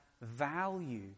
value